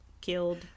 killed